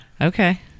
Okay